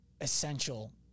essential